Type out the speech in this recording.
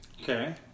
Okay